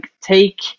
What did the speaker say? take